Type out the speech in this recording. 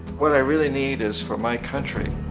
what i really need is for my country